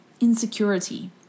insecurity